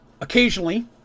occasionally